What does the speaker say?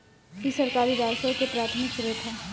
इ सरकारी राजस्व के प्राथमिक स्रोत ह